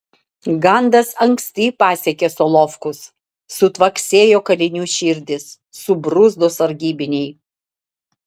gandas anksti pasiekė solovkus sutvaksėjo kalinių širdys subruzdo sargybiniai